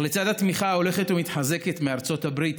אך לצד התמיכה ההולכת ומתחזקת מארצות הברית